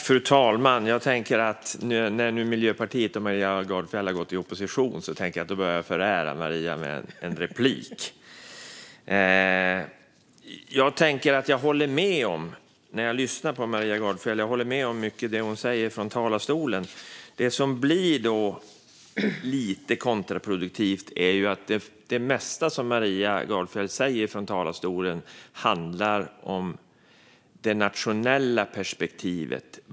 Fru talman! När Miljöpartiet och Maria Gardfjell nu har gått i opposition tänker jag att jag behöver förära Maria en replik. När jag lyssnar på Maria Gardfjell håller jag med om mycket av det som hon säger från talarstolen. Det som blir lite kontraproduktivt är att det mesta som Maria Gardfjell säger handlar om det nationella perspektivet.